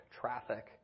traffic